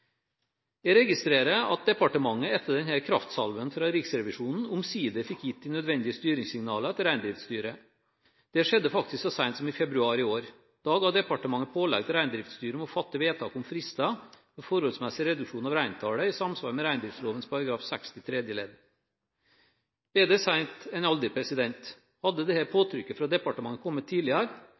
Jeg registrerer at departementet etter denne kraftsalven fra Riksrevisjonen omsider fikk gitt de nødvendige styringssignalene til Reindriftsstyret. Det skjedde faktisk så sent som i februar i år. Da ga departementet pålegg til Reindriftsstyret om å fatte vedtak om frister for forholdsmessig reduksjon av reintallet i samsvar med reindriftsloven § 60 tredje ledd – bedre sent enn aldri. Hadde dette påtrykket fra departementet kommet tidligere,